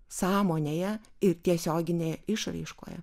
sąmonėje ir tiesioginėje išraiškoje